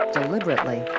deliberately